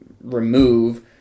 remove